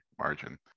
margin